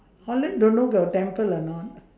holland don't know got temple or not